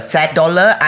Sad-Dollar